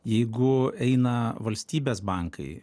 jeigu eina valstybės bankai